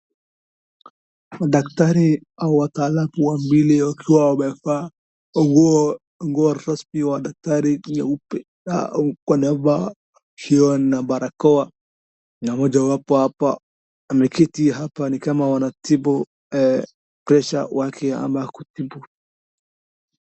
Madaktari au wataalamu wa mbili wakiwa wamevaa nguo nguo rasmi ya daktari nyeupe na kuvaa shioni na barakoa. Mmoja wapo hapa ameketi hapa ni kama wanatibu pressure wake ama kutibu